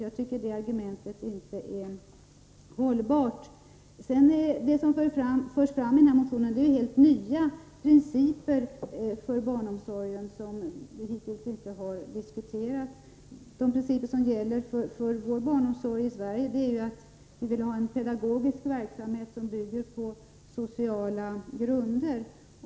Bo Söderstens argument är alltså inte hållbart. Det som förs fram i den aktuella motionen är helt nya principer för barnomsorgen som vi hittills inte har diskuterat. De principer som gäller för barnomsorgen i Sverige är att vi vill ha en pedagogisk verksamhet som bygger på sociala grunder.